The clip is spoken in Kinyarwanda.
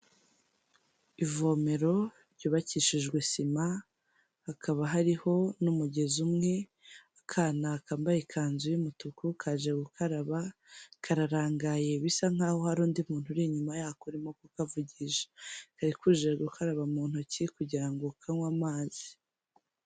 Ivomero ryubakishijwe sima, hakaba hariho n'umugezi umwe, akana kambaye ikanzu y'umutuku kaje gukaraba, kararangaye bisa nkaho hari undi muntu uri inyuma yako urimo kukavugisha, kari kaje gukaraba mu ntoki kugira ngo kanywe amazi.